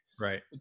Right